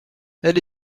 elle